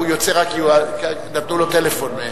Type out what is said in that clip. הוא יוצא רק, נתנו לו טלפון.